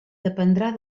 dependrà